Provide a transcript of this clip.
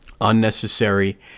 unnecessary